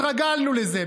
התרגלנו לזה,